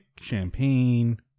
champagne